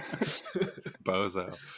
Bozo